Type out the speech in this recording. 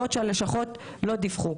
בעוד שהלשכות לא דיווחו.